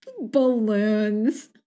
balloons